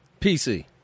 pc